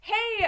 Hey